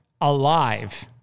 alive